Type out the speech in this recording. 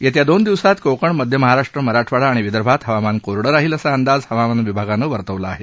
येत्या दोन दिवसात कोंकण मध्य महाराष्ट्र मराठवाडा आणि विदर्भात हवामान कोरड राहील असा अंदाज हवामान विभागानं वर्तवला आहे